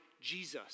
Jesus